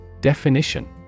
Definition